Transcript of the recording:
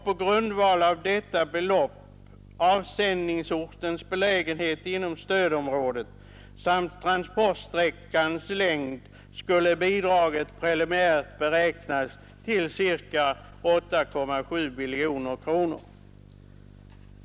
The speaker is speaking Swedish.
På grundval av detta belopp, avsändningsortens belägenhet inom stödområdet samt transportsträckans längd skulle bidraget preliminärt beräknas till ca 8,7 miljoner kronor.